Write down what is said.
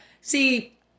see